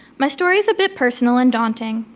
my story is a bit personal and daunting,